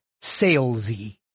Salesy